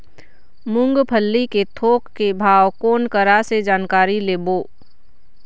मूंगफली के थोक के भाव कोन करा से जानकारी लेबो?